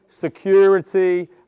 security